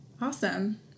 Awesome